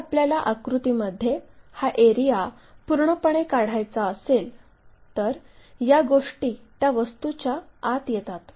जर आपल्याला आकृतीमध्ये हा एरिया पूर्णपणे काढायचा असेल तर या गोष्टी त्या वस्तूच्या आत येतात